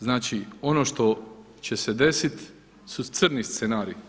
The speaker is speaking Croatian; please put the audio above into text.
Znači, ono što će se desit su crni scenariji.